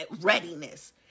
readiness